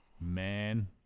Man